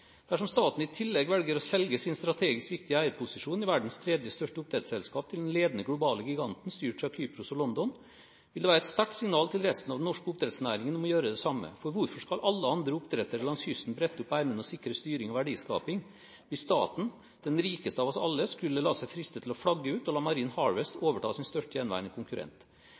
Dersom staten i tillegg velger å selge sin strategisk viktige eierposisjon i verdens tredje største oppdrettsselskap til den ledende globale giganten – styrt fra Kypros og London – vil det være et sterkt signal til resten av den norske oppdrettsnæringen om å gjøre det samme. For hvorfor skal alle de andre oppdretterne langs kysten brette opp ermene og sikre styring og verdiskaping, hvis staten – den rikeste av oss alle – skulle la seg friste til å flagge ut og la Marine Harvest overta, som største gjenværende konkurrent.